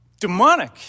demonic